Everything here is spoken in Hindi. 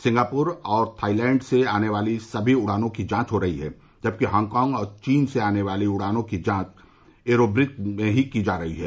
सिंगापुर और थाईलैंड से आने वाली सभी उड़ानों की जांच हो रही है जबकि हांगकांग और चीन से आने वाली उड़ानों की जांच एरोब्रिज में ही की जा रही है